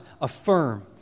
affirm